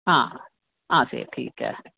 हां हां सर ठीक ऐ